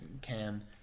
cam